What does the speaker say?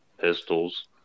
pistols